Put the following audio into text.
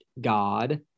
God